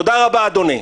תודה רבה, אדוני.